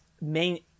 main